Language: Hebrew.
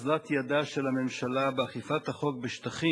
אוזלת ידה של הממשלה באכיפת החוק בשטחים